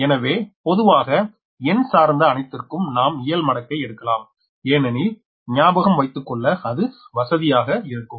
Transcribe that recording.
எனவே பொதுவாக எண் சார்ந்த அனைத்திற்கும் நாம் இயல் மடக்கை எடுக்கலாம் ஏனனில் ஞாபகம் வைத்துக்கொள்ள அது வசதியாக இருக்கும்